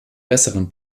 besseren